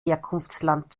herkunftsland